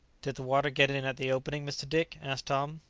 did the water get in at the opening, mr. dick? asked tom.